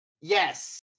Yes